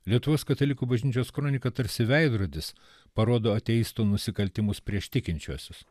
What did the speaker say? lietuvos katalikų bažnyčios kronika tarsi veidrodis parodo ateistų nusikaltimus prieš tikinčiuosius